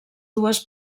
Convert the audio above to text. dues